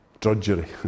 Drudgery